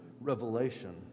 revelation